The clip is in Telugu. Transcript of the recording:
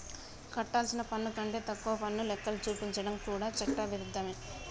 కట్టాల్సిన పన్ను కంటే తక్కువ పన్ను లెక్కలు చూపించడం కూడా చట్ట విరుద్ధమే